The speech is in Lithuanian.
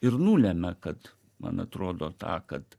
ir nulemia kad man atrodo tą kad